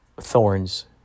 thorns